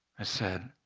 i said,